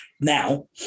now